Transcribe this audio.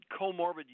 comorbid